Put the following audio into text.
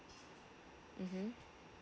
mmhmm